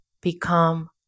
become